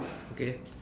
okay